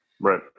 right